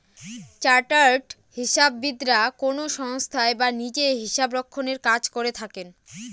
chartered হিসাববিদরা কোনো সংস্থায় বা নিজে হিসাবরক্ষনের কাজ করে থাকেন